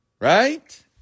Right